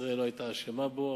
ישראל לא היתה אשמה בו,